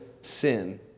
sin